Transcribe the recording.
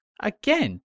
again